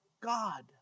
God